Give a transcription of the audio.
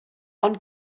ond